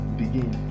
begin